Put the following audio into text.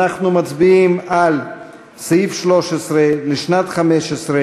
אנחנו מצביעים על סעיף 13 לשנת 2015,